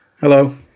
Hello